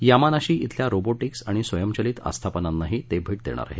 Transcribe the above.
Yamanashi खिल्या robotics आणि स्वयंचलित आस्थापनांनाही ते भेट देणार आहेत